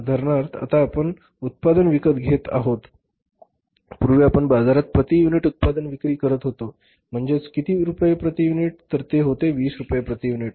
उदाहरणार्थ आता आपणउत्पादन विकत घेत आहोत पूर्वी आपण बाजारात प्रति युनिट उत्पादन विक्री करत होतो म्हणजेच किती रुपये प्रति युनिट्स तर ते होते २० रुपये प्रति युनिट्स